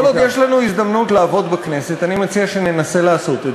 כל עוד יש לנו הזדמנות לעבוד בכנסת אני מציע שננסה לעשות את